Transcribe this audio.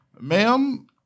ma'am